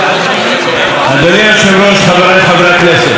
אדוני היושב-ראש, חבריי חברי הכנסת,